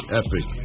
epic